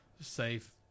Safe